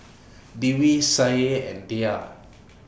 Dwi Syah and Dhia